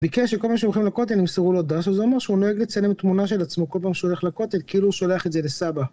ביקש שכל מה שהם הולכים לכותל ימסרו לו דש שזה אומר שהוא נוהג לצלם תמונה של עצמו כל פעם שהוא הולך לכותל כאילו הוא שולח את זה לסבא